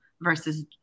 versus